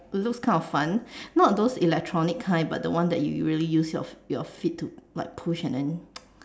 but it looks kind of fun not those electronic kind but the one that you really use your your feet to like push and then